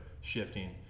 shifting